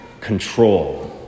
control